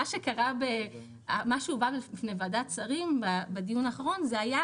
מה שהובא בפני ועדת השרים בדיון האחרון זה היה